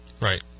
Right